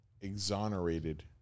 exonerated